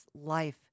life